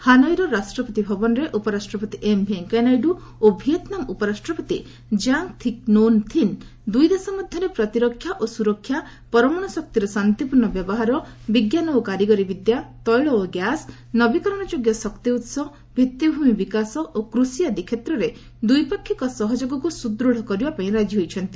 ହାନୋଇର ରାଷ୍ଟ୍ରପତିଭବନରେ ଉପରାଷ୍ଟ୍ରପତି ଏମ୍ଭେଙ୍କୟାନାଇଡୁ ଓ ଭିଏତ୍ନାମ ଉପରାଷ୍ଟ୍ରପତି କାଙ୍ଗ୍ ଥି ନୋଗ୍ ଥିନ୍ ଦୁଇ ଦେଶ ମଧ୍ୟରେ ପ୍ରତିରକ୍ଷା ଓ ସୁରକ୍ଷା ପରମାଣୁ ଶକ୍ତିର ଶାନ୍ତିପୂର୍ଣ୍ଣ ବ୍ୟବହାର ବିଜ୍ଞାନ ଓ କାରିଗରୀ ବିଦ୍ୟା ତେଳ ଓ ଗ୍ୟାସ୍ ନବୀକରଣଯୋଗ୍ୟ ଶକ୍ତି ଉସ ଭିଭିଭୂମି ବିକାଶ ଓ କୃଷି ଆଦି କ୍ଷେତ୍ରରେ ଦ୍ୱିପାକ୍ଷିକ ସହଯୋଗକୁ ସୁଦୃଢ଼ କରିବା ପାଇଁ ରାଜି ହୋଇଛନ୍ତି